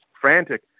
frantic